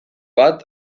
bat